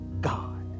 God